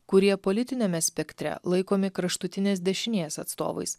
kurie politiniame spektre laikomi kraštutinės dešinės atstovais